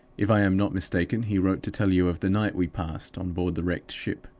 if i am not mistaken, he wrote to tell you of the night we passed on board the wrecked ship.